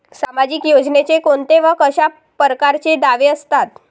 सामाजिक योजनेचे कोंते व कशा परकारचे दावे असतात?